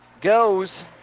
goes